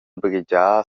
baghegiar